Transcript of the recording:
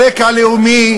על רקע לאומי?